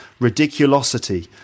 ridiculosity